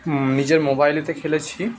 নিজের মোবাইলেতে খেলেছি